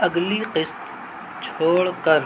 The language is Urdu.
اگلی قسط چھوڑ کر